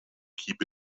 keep